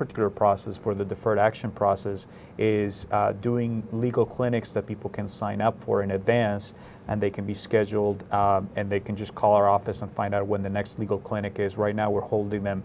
particular process for the deferred action process is doing legal clinics that people can sign up for in advance and they can be scheduled and they can just call our office and find out when the next legal clinic is right now we're holding them